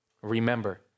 Remember